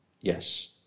Yes